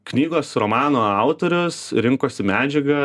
knygos romano autorius rinkosi medžiagą